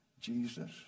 Jesus